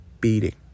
beating